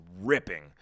ripping